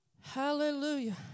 hallelujah